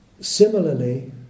similarly